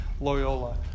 Loyola